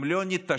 אם לא נתעשת,